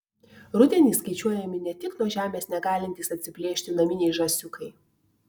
rudenį skaičiuojami ne tik nuo žemės negalintys atsiplėšti naminiai žąsiukai